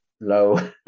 low